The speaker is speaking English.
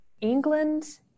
England